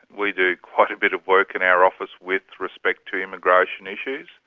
we do quite a bit of work in our office with respect to immigration issues,